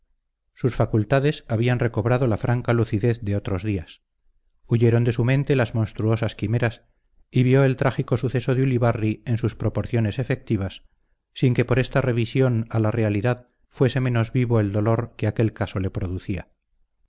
sus facultades habían recobrado la franca lucidez de otros días huyeron de su mente las monstruosas quimeras y vio el trágico suceso de ulibarri en sus proporciones efectivas sin que por esta reversión a la realidad fuese menos vivo el dolor que aquel caso le producía